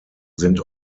sind